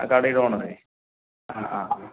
ആ കടയുടെ ഓണറെ ആ ആ ആ